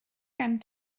gen